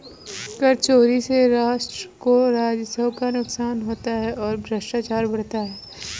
कर चोरी से राष्ट्र को राजस्व का नुकसान होता है और भ्रष्टाचार बढ़ता है